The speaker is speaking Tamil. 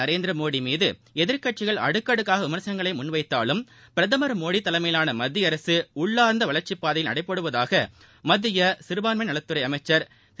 நரேந்திரமோடி மீது எதிர்க்கட்சிகள் அடுக்கடுக்காக விமர்சனங்களை தலைமையிலான மத்திய அரசு உள்ளார்ந்த வளர்ச்சிப் பாதையில் நடைபோடுவதாக மத்திய சிறுபான்மையினா் நலத்துறை அமைச்சா் திரு